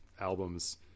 albums